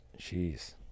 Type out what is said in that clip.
Jeez